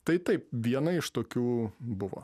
tai taip viena iš tokių buvo